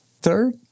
Third